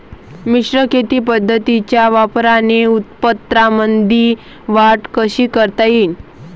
मिश्र शेती पद्धतीच्या वापराने उत्पन्नामंदी वाढ कशी करता येईन?